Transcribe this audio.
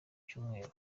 cyumweru